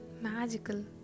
magical